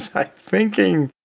i thinking.